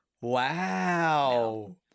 Wow